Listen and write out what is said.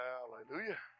Hallelujah